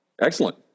Excellent